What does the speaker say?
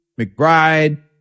McBride